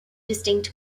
distinct